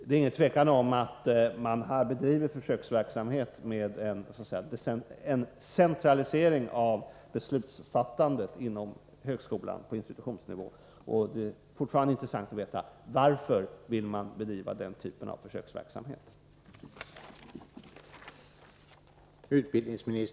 Det är inget tvivel om att det vid tekniska högskolan bedrivs försöksverksamhet med en centralisering av beslutsfattandet på institutionsnivå inom högskolan. Det är fortfarande intressant att få veta varför man vill bedriva den typen av försöksverksamhet.